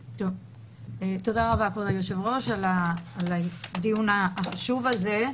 תודה רבה, כבוד היושב-ראש, על הדיון החשוב הזה.